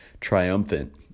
triumphant